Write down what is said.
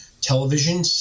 television